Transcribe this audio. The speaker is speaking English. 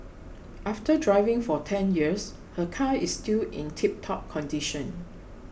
after driving for ten years her car is still in tiptop condition